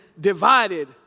divided